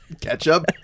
ketchup